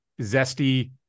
zesty